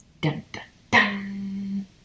Dun-dun-dun